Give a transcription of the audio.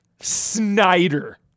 Snyder